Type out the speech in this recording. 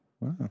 Wow